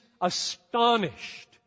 astonished